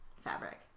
fabric